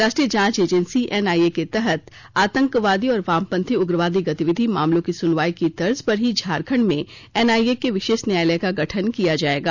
राष्ट्रीय जांच agency NIA के तहत आतंकवादी और वामपंथी उग्रवादी गतिविधि मामलों की सुनवाई की तर्ज पर ही झारखंड में एनआइए के विशेष न्यायालय का गठन किया जायेगा